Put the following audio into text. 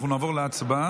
אנחנו נעבור להצבעה.